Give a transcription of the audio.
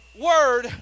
word